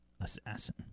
assassin